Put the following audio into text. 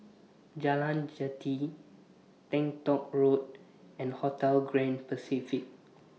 Jalan Jati Teng Tong Road and Hotel Grand Pacific